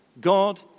God